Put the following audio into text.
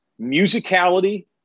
musicality